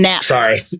Sorry